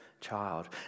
Child